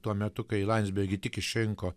tuo metu kai landsbergį tik išrinko